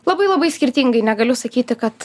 labai labai skirtingai negaliu sakyti kad